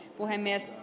puhemies